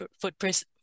footprint